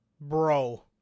Bro